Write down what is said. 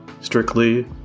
strictly